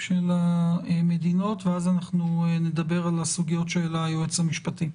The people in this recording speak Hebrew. של המדינות ואז נדבר על הסוגיות שהעלה היועץ המשפטי.